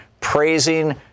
praising